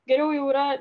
geriau jau yra